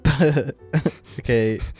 Okay